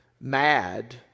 Mad